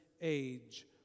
age